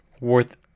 Worth